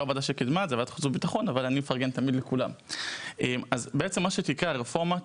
אז מה שבעצם יקרה בזכות הרפורמה,